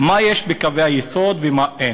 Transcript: מה יש בקווי היסוד שלה ומה אין?